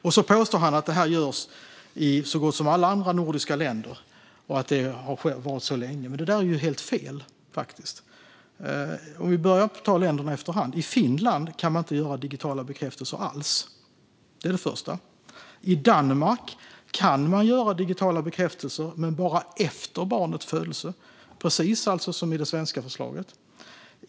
Och så påstår han att detta görs i så gott som alla andra nordiska länder och att det har varit så länge, men det är helt fel. Vi kan ta länderna efter varandra. I Finland kan man inte göra digitala bekräftelser alls. Det är det första. I Danmark kan man göra digitala bekräftelser, men bara efter barnets födelse, precis som i det svenska förslaget.